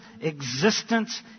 existence